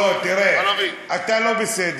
לא, תראה, אתה לא בסדר,